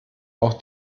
auch